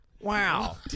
Wow